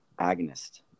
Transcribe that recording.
agonist